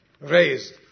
raised